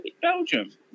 Belgium